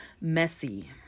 messy